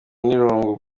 n’irungu